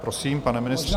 Prosím, pane ministře.